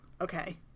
Okay